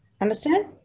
Understand